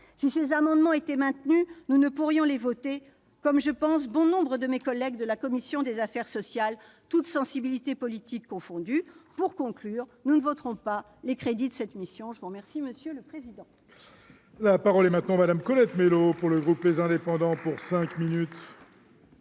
Si ces amendements étaient maintenus, nous ne pourrions les voter, comme, je pense, bon nombre de mes collègues de la commission des affaires sociales, toutes sensibilités politiques confondues. Pour conclure, nous ne voterons pas les crédits de cette mission. La parole est à Mme Colette Mélot. Monsieur le président,